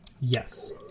Yes